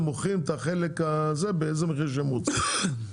מוכרים את החלק הזה באיזה מחיר שהם רוצים.